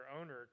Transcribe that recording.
owner